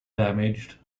damaged